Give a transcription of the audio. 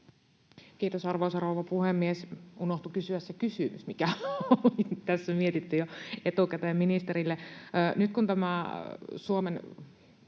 Kiitos, arvoisa rouva puhemies! Unohtui kysyä se kysymys, mikä oli tässä mietitty jo etukäteen ministerille. Nyt kun tämä Suomen